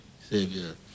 Savior